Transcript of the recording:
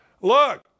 Look